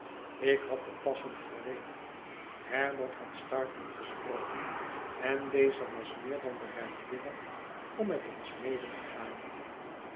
ik had de passen gereed herbert had startop gesproken en deze was meer dan bereidwillig om met ons mede te gaan